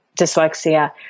dyslexia